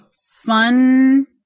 fun